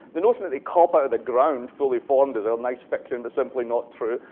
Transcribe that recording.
the notion that they pop out of the ground fully formed is a nice fiction, but simply not true.